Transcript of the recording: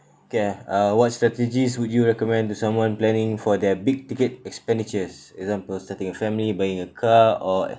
okay ah uh what strategies would you recommend to someone planning for their big ticket expenditures example starting a family buying a car or a